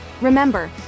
Remember